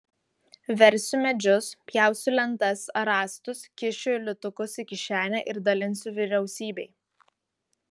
versiu medžius pjausiu lentas ar rąstus kišiu litukus į kišenę ir dalinsiu vyriausybei